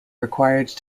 required